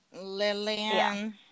Lillian